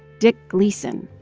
dick gleason,